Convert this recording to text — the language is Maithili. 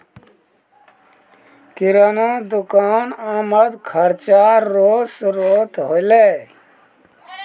किराना दुकान आमद खर्चा रो श्रोत होलै